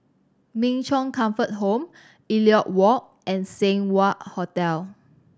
Min Chong Comfort Home Elliot Walk and Seng Wah Hotel